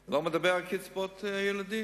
אני לא מדבר על קצבאות ילדים.